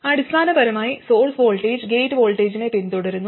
അടിസ്ഥാനപരമായി source voltage gate വോൾട്ടേജിനെ പിന്തുടരുന്നു